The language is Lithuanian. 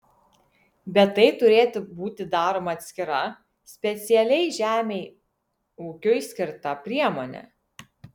bet tai turėtų būti daroma atskira specialiai žemei ūkiui skirta priemone